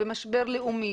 משבר לאומי,